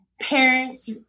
Parents